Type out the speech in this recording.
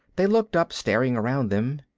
they looked up, staring around them.